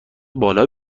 بالا